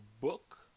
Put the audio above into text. book